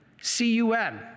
C-U-M